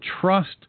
trust